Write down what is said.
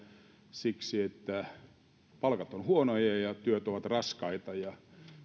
siksi että palkat ovat huonoja ja työt ovat raskaita ja